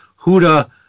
Huda